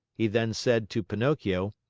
he then said to pinocchio.